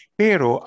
pero